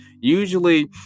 usually